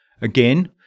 again